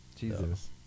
Jesus